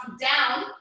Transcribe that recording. down